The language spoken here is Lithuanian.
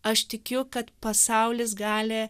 aš tikiu kad pasaulis gali